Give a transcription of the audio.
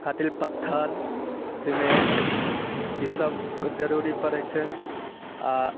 खातिल पत्थल सिमेंट इसबके जरूरी पड़ै छै आ